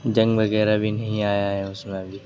زنگ وغیرہ بھی نہیں آیا ہے اس میں ابھی